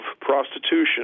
prostitution